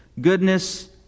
goodness